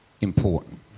important